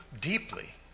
deeply